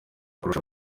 kurusha